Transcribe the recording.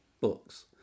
books